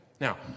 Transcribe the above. Now